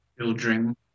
children